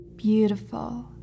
Beautiful